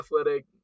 athletic